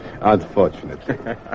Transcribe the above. Unfortunately